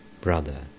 Brother